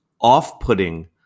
off-putting